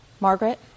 Margaret